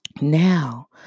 Now